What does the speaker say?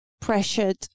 pressured